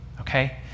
okay